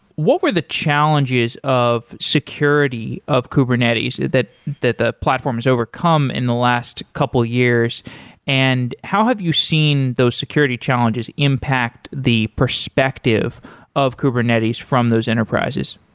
what were the challenges of security of kubernetes that that the platform has overcome in the last couple of years and how have you seen those security challenges impact the perspective of kubernetes from those enterprises?